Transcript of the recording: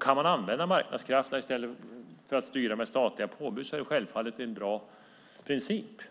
Kan man använda marknadskrafterna i stället för att styra med statliga påbud är det självfallet en bra princip.